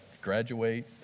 graduate